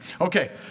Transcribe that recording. Okay